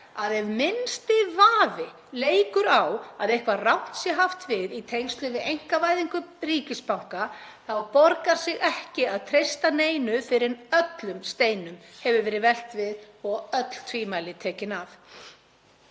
að ef minnsti vafi leikur á að eitthvað rangt sé haft við í tengslum við einkavæðingu ríkisbanka þá borgi sig ekki að treysta neinu fyrr en öllum steinum hefur verið velt við og öll tvímæli tekin af.